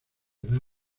edad